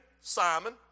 Simon